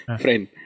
friend